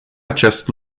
acest